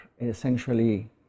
essentially